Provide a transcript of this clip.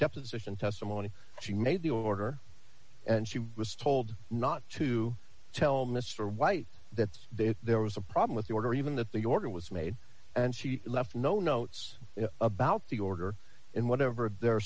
deposition testimony she made the order and she was told not to tell mr white that there was a problem with the order or even that the order was made and she left no notes about the order in whatever their